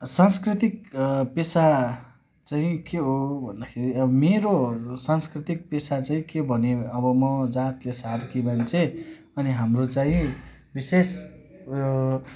सांस्कृतिक पेसा चाहिँ के हो भन्दाखेरि अब मेरो सांस्कृतिक पेसा चाहिँ के भने अब म जातले सार्की मान्छे अनि हाम्रो चाहिँ विशेष